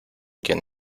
quien